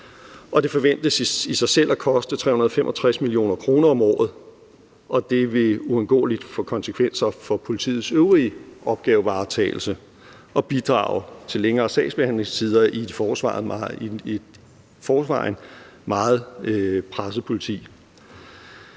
Det forventes i sig selv at koste 365 mio. kr. om året, og det vil uundgåeligt få konsekvenser for politiets øvrige opgavevaretagelse og bidrage til længere sagsbehandlingstider i et forvejen meget presset politi.